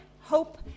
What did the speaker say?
hope